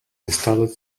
installed